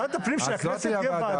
ועדת הפנים של הכנסת היא הוועדה.